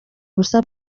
ubusa